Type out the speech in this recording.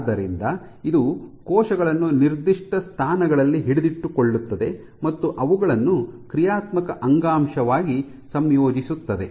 ಆದ್ದರಿಂದ ಇದು ಕೋಶಗಳನ್ನು ನಿರ್ದಿಷ್ಟ ಸ್ಥಾನಗಳಲ್ಲಿ ಹಿಡಿದಿಟ್ಟುಕೊಳ್ಳುತ್ತದೆ ಮತ್ತು ಅವುಗಳನ್ನು ಕ್ರಿಯಾತ್ಮಕ ಅಂಗಾಂಶವಾಗಿ ಸಂಯೋಜಿಸುತ್ತದೆ